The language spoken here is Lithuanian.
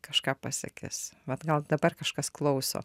kažką pasakys vat gal dabar kažkas klauso